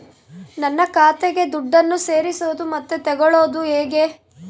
ನನ್ನ ಖಾತೆಗೆ ದುಡ್ಡನ್ನು ಸೇರಿಸೋದು ಮತ್ತೆ ತಗೊಳ್ಳೋದು ಹೇಗೆ?